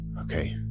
Okay